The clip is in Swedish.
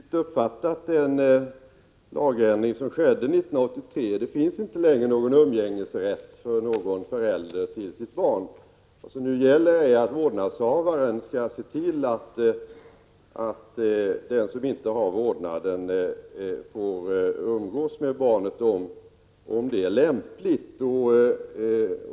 Herr talman! Bengt Harding Olson har bara inte riktigt uppfattat den avgränsning som skedde 1983. Det finns inte längre någon umgängesrätt för förälder i förhållande till sitt barn. Vad som nu gäller är att vårdnadshavaren skall se till att den förälder som inte har vårdnaden får umgås med barnet om så är lämpligt.